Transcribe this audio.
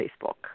Facebook